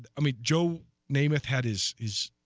and i mean joe nemeth had is his